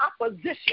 opposition